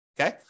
Okay